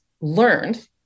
learned